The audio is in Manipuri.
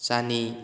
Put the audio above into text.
ꯆꯅꯤ